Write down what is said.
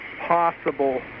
possible